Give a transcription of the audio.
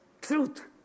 truth